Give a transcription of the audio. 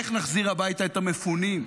איך נחזיר הביתה את המפונים,